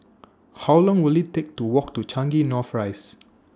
How Long Will IT Take to Walk to Changi North Rise